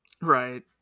Right